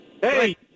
Hey